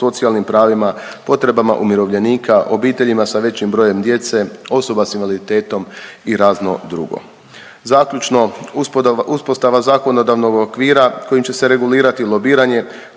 socijalnim pravima, potrebama umirovljenika, obiteljima sa većim brojem djece, osoba s invaliditetom i razno drugo. Zaključno, uspostava zakonodavnog okvira kojim će se regulirati lobiranje